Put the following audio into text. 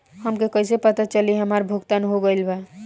हमके कईसे पता चली हमार भुगतान हो गईल बा?